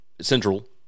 Central